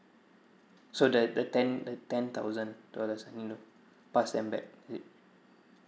so that the ten the ten thousand dollars I need to pass them back is it